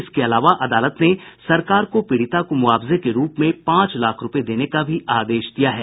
इसके अलावा अदालन ने सरकार को पीड़िता को मुआवजे के रूप में पांच लाख रुपये देने का आदेश दिया है